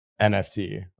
NFT